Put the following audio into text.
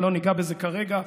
אבל לא ניגע בזה כרגע,